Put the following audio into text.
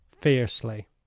fiercely